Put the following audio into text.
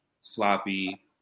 sloppy